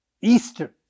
Easter